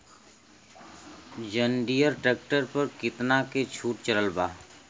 जंडियर tractor पर कितना के छूट चलत बा?